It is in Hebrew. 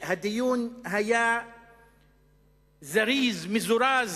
הדיון היה זריז, מזורז,